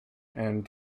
and